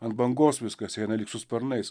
ant bangos viskas eina lyg su sparnais